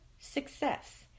success